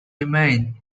remain